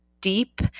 deep